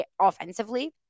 offensively